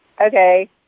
okay